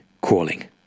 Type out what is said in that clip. crawling